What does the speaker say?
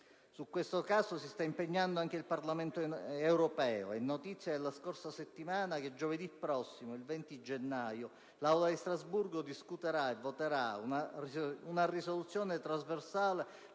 Su questo caso si sta impegnando anche il Parlamento europeo. È notizia della scorsa settimana (13 gennaio) che giovedì prossimo (20 gennaio), l'Aula di Strasburgo discuterà e voterà una risoluzione *bipartisan*,